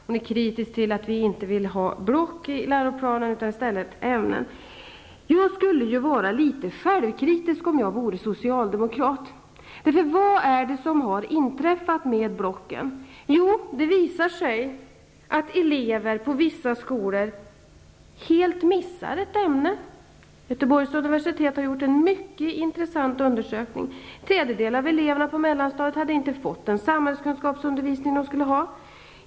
Hon är kritisk till att vi inte vill ha block i läroplanen utan i stället ämnen. Om jag vore socialdemokrat skulle jag vara litet självkritisk. Vad har hänt med blocken? Jo, det visar sig att elever på vissa skolor helt missar ett ämne. Göteborgs universitet har gjort en mycket intressant undersökning. En tredjedel av eleverna på mellanstadiet hade inte fått den samhällskunskapsundervisning som de skulle ha.